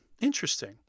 Interesting